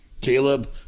Caleb